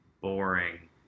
boring